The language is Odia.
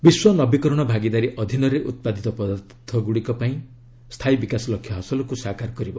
ବିଶ୍ୱ ନବୀକରଣ ଭାଗିଦାରୀ ଅଧୀନରେ ଉତ୍ପାଦିତ ପଦାର୍ଥଗୁଡ଼ିକ ସ୍ଥାୟୀ ବିକାଶ ଲକ୍ଷ୍ୟ ହାସଲକୁ ସାକାର କରିବ